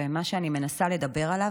ומה שאני מנסה לדבר עליו,